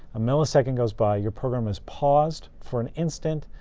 a millisecond goes by. your program is paused for an instant.